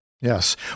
Yes